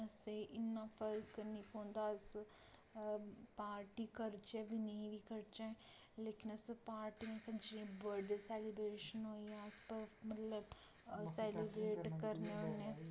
असेंई इ'न्ना फर्क नी पौंदा अस पार्टी करचै बी नेईं बी करचै लेकिन असें पार्टी जे बड्डे सैलीब्रेशन होई गेआ अस मतलब अस सैलीब्रेट करने होन्ने